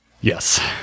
Yes